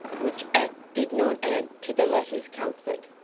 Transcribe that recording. which act did not add to the latter's comfort.